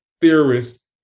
theorists